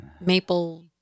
Maple